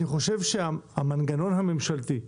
המנגנון הממשלתי,